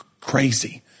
crazy